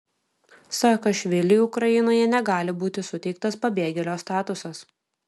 saakašviliui ukrainoje negali būti suteiktas pabėgėlio statusas